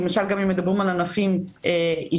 למשל אם מדברים על ענפים אישיים,